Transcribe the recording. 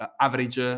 average